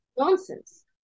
nonsense